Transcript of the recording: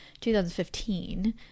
2015